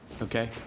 Okay